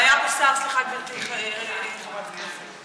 לא היה פה שר סליחה, גברתי חברת הכנסת,